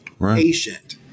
patient